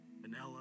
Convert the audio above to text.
vanilla